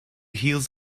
heels